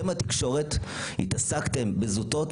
אתם התקשורת התעסקתם בזוטות,